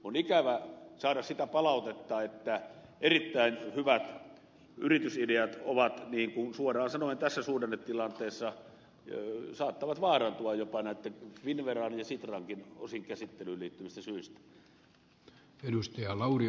on ikävä saada sitä palautetta että erittäin hyvät yritysideat tässä suhdannetilanteessa saattavat suoraan sanoen osin jopa vaarantua finnveran ja sitrankin käsittelyyn liittyvistä syistä